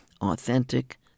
authentic